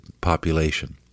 population